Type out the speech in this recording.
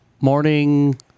morning